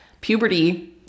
puberty